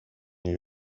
you